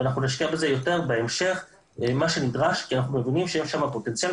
ונשקיע בזה יותר בהמשך למה שנדרש כי אנחנו מבינים שיש בזה פוטנציאל,